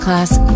Class